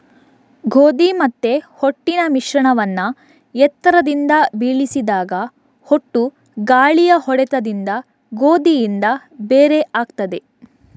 ಗೋಧಿ ಮತ್ತೆ ಹೊಟ್ಟಿನ ಮಿಶ್ರಣವನ್ನ ಎತ್ತರದಿಂದ ಬೀಳಿಸಿದಾಗ ಹೊಟ್ಟು ಗಾಳಿಯ ಹೊಡೆತದಿಂದ ಗೋಧಿಯಿಂದ ಬೇರೆ ಆಗ್ತದೆ